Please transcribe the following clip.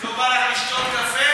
לא בא לך לשתות קפה?